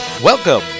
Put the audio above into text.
Welcome